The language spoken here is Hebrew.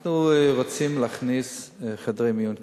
אנחנו רוצים להכניס חדרי מיון קדמיים.